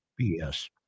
BS